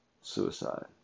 Suicide